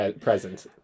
present